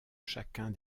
chacun